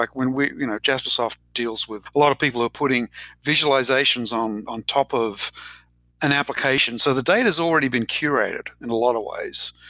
like when we you know jaspersoft deals with a lot of people are putting visualizations on on top of an application. so the data has already been curated in a lot of ways.